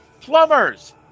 Plumbers